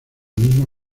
misma